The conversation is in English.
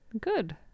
Good